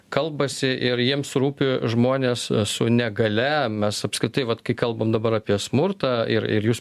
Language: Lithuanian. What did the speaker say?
kalbasi ir jiems rūpi žmonės su negalia mes apskritai vat kai kalbam dabar apie smurtą ir ir jūs